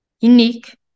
unique